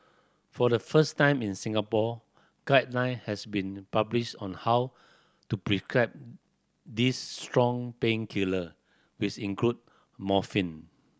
for the first time in Singapore guideline has been published on how to prescribe these strong painkiller with include morphine